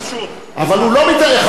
אבל הוא לא מתעלם, חבר הכנסת מגלי.